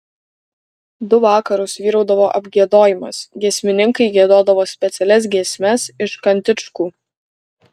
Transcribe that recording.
du vakarus vyraudavo apgiedojimas giesmininkai giedodavo specialias giesmes iš kantičkų